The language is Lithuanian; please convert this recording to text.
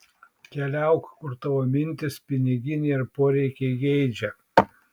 keliauk kur tavo mintys piniginė ir poreikiai geidžia